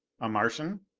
a martian?